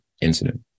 incident